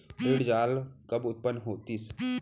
ऋण जाल कब उत्पन्न होतिस?